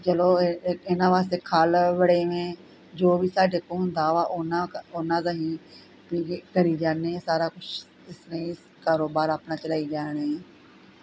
ਵੀ ਚਲੋ ਇਨ੍ਹਾਂ ਵਾਸਤੇ ਖਲ਼ ਵੜੇਵੇਂ ਜੋ ਵੀ ਸਾਡੇ ਕੋੋਲੋਂ ਹੁੰਦਾ ਵਾ ਓਨਾ ਕੁ ਉਨ੍ਹਾਂ ਦਾ ਹੀ ਕਰੀ ਜਾਂਦੇ ਹਾਂ ਸਾਰਾ ਕੁਛ ਇਸ ਲਈ ਅਸੀਂ ਕਾਰੋਬਾਰ ਆਪਣਾ ਚਲਾਈ ਜਾਂਦੇ